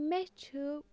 مےٚ چھُ